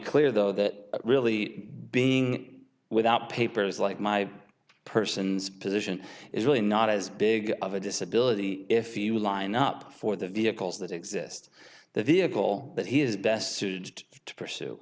clear though that really being without papers like my person's position is really not as big of a disability if you line up for the vehicles that exist the vehicle that he is best suited to pursue